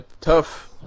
tough